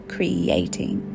Creating